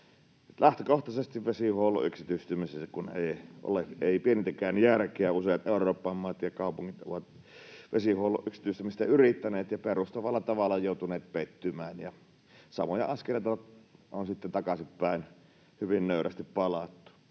Lähtökohtaisesti vesihuollon yksityistämisessä kun ei ole pienintäkään järkeä. Useat Euroopan maat ja kaupungit ovat vesihuollon yksityistämistä yrittäneet ja perustavalla tavalla joutuneet pettymään, ja samoja askeleita on sitten takaisinpäin hyvin nöyrästi palattu.